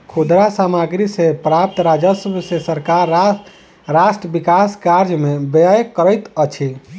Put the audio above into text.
खुदरा सामग्री सॅ प्राप्त राजस्व सॅ सरकार राष्ट्र विकास कार्य में व्यय करैत अछि